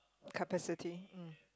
capacity hmm